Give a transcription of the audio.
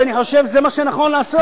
כי אני חושב שזה מה שנכון לעשות.